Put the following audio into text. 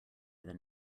than